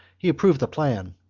he approved the plan,